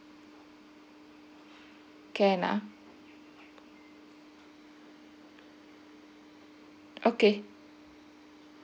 can ah okay